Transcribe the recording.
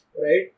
Right